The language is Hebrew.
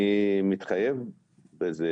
אני מתחייב בזה,